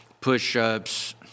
push-ups